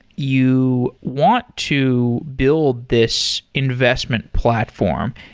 you want to build this investment platform,